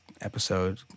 episode